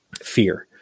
fear